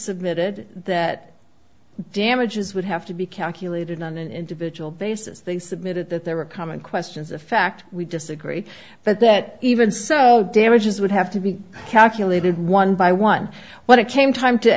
submitted that damages would have to be calculated on an individual basis they submitted that there were common questions of fact we disagree but that even so damages would have to be calculated one by one when it came time to